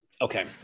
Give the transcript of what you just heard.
okay